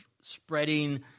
spreading